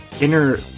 inner